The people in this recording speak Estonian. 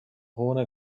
hoone